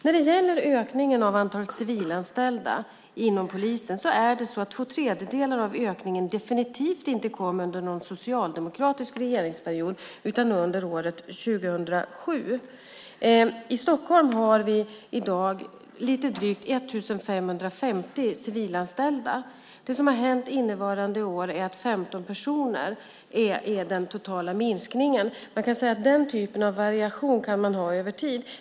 När det gäller ökningen av antalet civilanställda inom polisen kom två tredjedelar av ökningen definitivt inte under någon socialdemokratisk regeringsperiod utan under år 2007. I Stockholm har vi i dag lite drygt 1 550 civilanställda. Det som har hänt under innevarande år är att det har skett en minskning med totalt 15 personer. Den typen av variation kan man ha över tid.